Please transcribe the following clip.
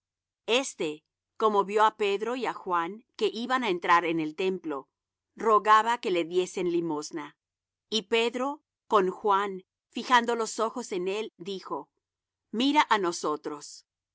este como vió á pedro y á juan que iban á entrar en el templo rogaba que le diesen limosna y pedro con juan fijando los ojos en él dijo mira á nosotros